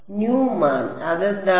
Newman അതെന്താണ്